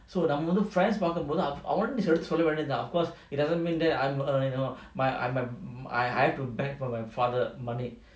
so நம்மவந்து:namma vandhu friends பார்க்கும்போது:parkumpothu of course it doesn't mean that I'm earning a lot my I I had to beg for my father money